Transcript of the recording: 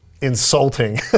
insulting